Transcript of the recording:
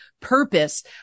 purpose